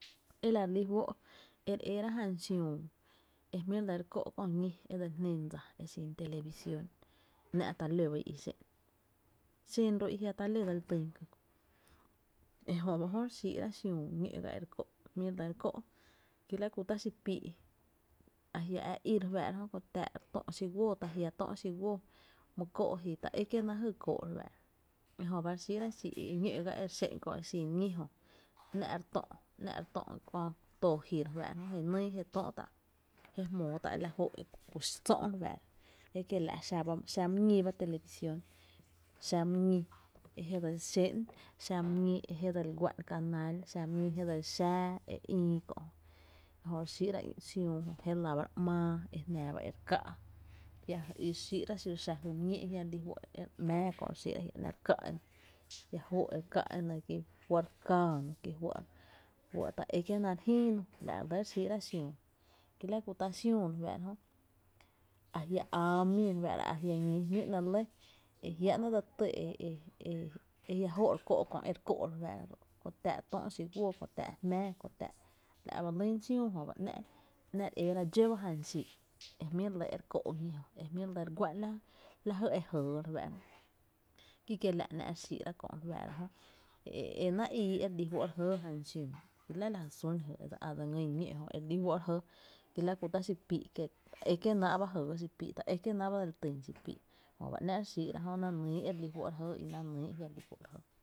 E la re lí fó’ e re ééra jna xiüü e jmí’ re lɇ re kó’ köö ñí e dsel jnén dsa e xin televisión, ‘ná’ ta ló ba i i xé’n, xen ró i jia’ ta ló dsel týn ka kö’ ejö ba jö re xíi’ra xiüü ñó’ ga e re kó’ jmí’ re lɇ re kó’ ki la ku tá’ xi pii’, a jia’ ä’ ää í re fáá’ra jö, tó’ xiguoo ta jia’ tö’ xi guoo, mi ko’ ji ta e kie náá’ kóo’ re fá’ra ejö ba re xíi’ ra xii’ e ñó’ ga e re xe´’n kö e xin ñí jö ‘na’ re tö’ ‘nⱥ’ re tö’ köö too ji ba re fá’ra je nÿÿ je tóö’ tá’ je jmóo tá’ la jó’ e ku sö’ re fáá’ra, ekiela’ xa my ñi ba televisión xa my ñi e je dsel xé’n, xa my ñi e je dse guá’n canal, xa my ñi e je dsel xáá e ïï kö, jö re xíí’ra xiüü je lⱥ ba re ‘máá je lⱥ ba e re ká’ kiela’ re xíi’ra xiro xá jy my ñí e jia’ re li juó’ e re ‘mⱥⱥ kö’ kie’ a jia’ nⱥ’ re ká’ enɇ jia’ jóó’e re ká’ e nɇ ki jué’ re kaano, jué’ ta e kie náá’re jïï no, ki la tu tá’ xiüu re fáá’ra jö a jia’ áá mii ajia’ ñí jmí’ ‘nɇɇ’ lɇ e jiaa’ ‘nɇɇ’ dse ty e e jia’ jóo’ re kó’ kö e re kó’ kö’ ko táá’ tö’ xi guoo, kö táá’, la ba lyn xiüïü jöba ‘ná’ re ééra dxó ba jan xii’ e jmí’ re lɇ e re kó’ ñí jö e jmí re lɇ re guá’n la jy e jɇɇ re fáá’ra ki kie’ la’ ‘nⱥ’ re xíí’ra kö’ e náá’ íi e re li juó’ re jɇɇ, ki la la jy sún e re lí f´’ re jɇɇ, ki la ku tá’ xii’ pii’ ta é kienáá’ ba jɇɇ xipii¿’ ta e kie naá’ ba dse tyn xi pii’, jöba ‘nⱥ’ re xíí’ra jö na nyy e re lï juó’ re jɇɇ i na nyy e jia’ re li juó’ re jɇɇ.